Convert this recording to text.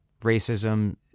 racism